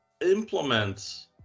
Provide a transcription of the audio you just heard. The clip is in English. implement